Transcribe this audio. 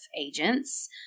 agents